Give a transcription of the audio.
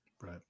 right